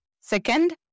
Second